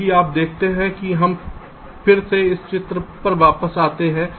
क्योंकि आप देखते हैं कि हम फिर से इस चित्र पर वापस आते हैं